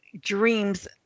dreams